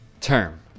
term